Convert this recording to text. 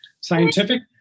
scientific